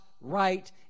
right